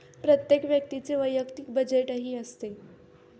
प्रत्येक व्यक्तीचे वैयक्तिक बजेटही असते